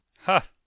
Ha